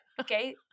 okay